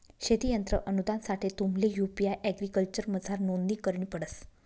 शेती यंत्र अनुदानसाठे तुम्हले यु.पी एग्रीकल्चरमझार नोंदणी करणी पडस